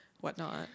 whatnot